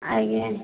ଆଜ୍ଞା